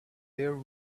their